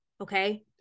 Okay